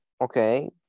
okay